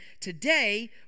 today